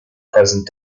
present